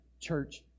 church